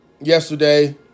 Yesterday